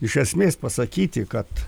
iš esmės pasakyti kad